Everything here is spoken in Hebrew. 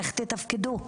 איך תתפקדו?